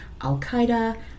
Al-Qaeda